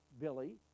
Billy